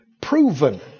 proven